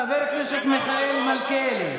חבר הכנסת מיכאל מלכיאלי.